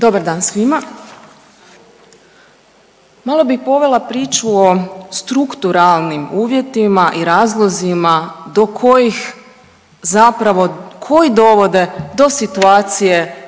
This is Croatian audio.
Dobar dan svima. Malo bi povela priču o strukturalnim uvjetima i razlozima do kojih, zapravo koji dovode do situacije